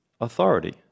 authority